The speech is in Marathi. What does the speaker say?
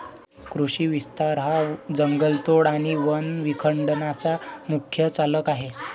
कृषी विस्तार हा जंगलतोड आणि वन विखंडनाचा मुख्य चालक आहे